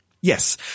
Yes